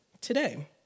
today